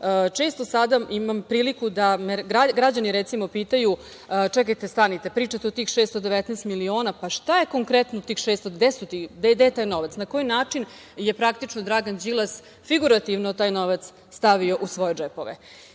često sada imam priliku da me građani pitaju - čekajte, stanite, pričate o tih 619 miliona, pa šta je konkretno tih 619 miliona, gde je taj novac, na koji način je praktično Dragan Đilas figurativno taj novac stavio u svoje džepove?